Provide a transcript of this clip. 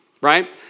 right